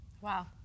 Wow